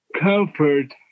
comfort